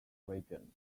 regions